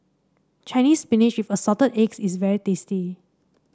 Chinese Spinach with Assorted Eggs is very tasty